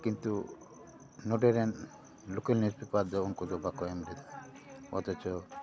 ᱠᱤᱱᱛᱩ ᱱᱚᱸᱰᱮ ᱨᱮᱱ ᱞᱳᱠᱮᱹᱞ ᱱᱤᱭᱩᱡᱽ ᱯᱮᱯᱟᱨ ᱫᱚ ᱩᱱᱠᱩ ᱫᱚ ᱵᱟᱠᱚ ᱮᱢ ᱞᱮᱫᱟ ᱚᱛᱷᱚᱪᱚ